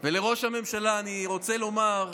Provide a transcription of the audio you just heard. אני רוצה לומר: